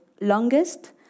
longest